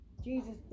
Jesus